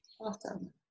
Awesome